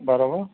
બરાબર